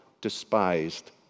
despised